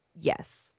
yes